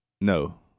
No